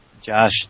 Josh